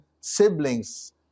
siblings